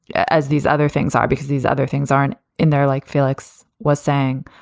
as these other things are, because these other things aren't in there, like felix was saying.